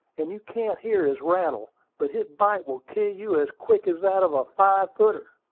and you can't hear his rattle but his bite will kill you as quick as that of a five-footer.